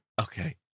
Okay